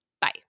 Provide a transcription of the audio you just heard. Bye